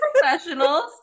professionals